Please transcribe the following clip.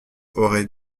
aurait